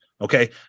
okay